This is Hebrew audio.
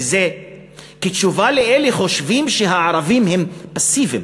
וזה כתשובה לאלה שחושבים שהערבים הם פסיביים,